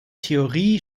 theorie